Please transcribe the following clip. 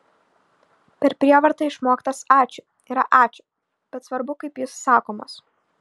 per prievartą išmoktas ačiū yra ačiū bet svarbu kaip jis sakomas